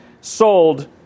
sold